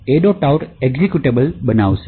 out executable બનાવશે